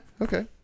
okay